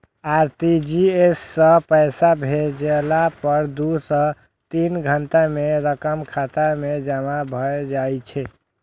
RTGS सं पैसा भेजला पर दू सं तीन घंटा मे रकम खाता मे जमा भए जाइ छै